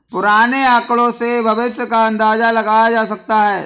पुराने आकड़ों से भविष्य का अंदाजा लगाया जा सकता है